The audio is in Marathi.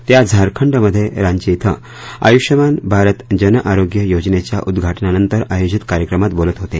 ते आज झारखंडमधे रांची इथं आयुष्मान भारत जन आरोग्य योजनेच्या उद्घाटनानंतर आयोजीत कार्यक्रमात बोलत होते